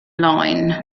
line